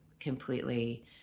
completely